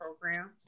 program